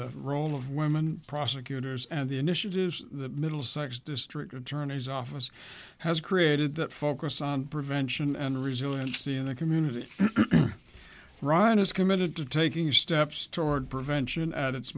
the role of women prosecutors and the initiatives the middlesex district attorney's office has created that focus on prevention and resiliency in the community ron is committed to taking steps toward prevention a